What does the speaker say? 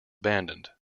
abandoned